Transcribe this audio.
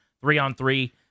three-on-three